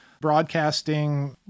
broadcasting